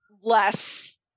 less